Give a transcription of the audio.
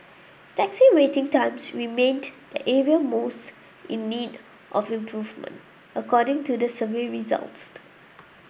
taxi waiting times remained the area most in need of improvement according to the survey results